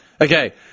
Okay